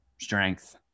strength